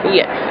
yes